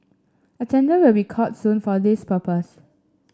a tender will be called soon for this purpose